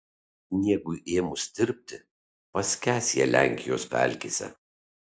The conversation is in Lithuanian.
sniegui ėmus tirpti paskęs jie lenkijos pelkėse